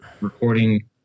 recording